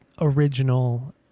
original